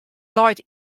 leit